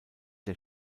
der